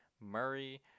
Murray